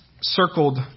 circled